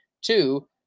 Two